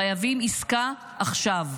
חייבים עסקה עכשיו.